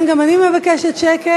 כן, גם אני מבקשת שקט